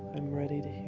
i'm ready to hear